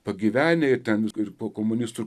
pagyvenę ir ten ir po komunistų ir